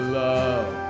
love